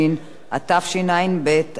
התשע"ב 2011,